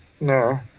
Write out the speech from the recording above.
No